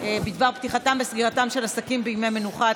בדבר פתיחתם וסגירתם של עסקים בימי מנוחה),